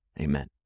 amen